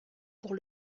pour